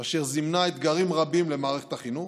אשר זימנה אתגרים רבים למערכת החינוך,